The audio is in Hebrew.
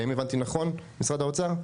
האם הבנתי נכון, משרד האוצר?